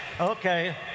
Okay